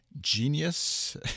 genius